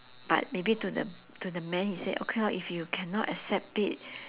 but maybe to the to the man he say okay lor if you cannot accept it